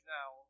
now